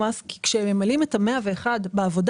מס כי כשממלאים את טופס 101 בעבודה,